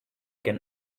can